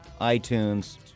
iTunes